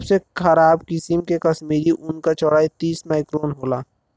सबसे खराब किसिम के कश्मीरी ऊन क चौड़ाई तीस माइक्रोन होला